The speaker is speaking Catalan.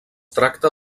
tracta